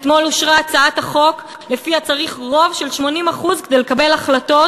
אתמול אושרה הצעת החוק שלפיה צריך רוב של 80 כדי לקבל החלטות